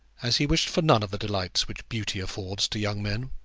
as he wished for none of the delights which beauty affords to young men.